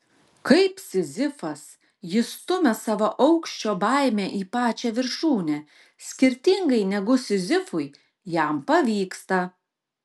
kaip sizifas jis stumia savo aukščio baimę į pačią viršūnę skirtingai negu sizifui jam pavyksta